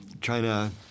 China